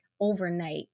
overnight